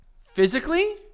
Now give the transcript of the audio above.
Physically